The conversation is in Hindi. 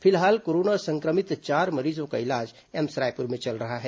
फिलहाल कोरोना संक्रमित चार मरीजों का इलाज एम्स रायपुर में चल रहा है